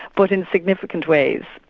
but in significant ways,